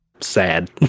sad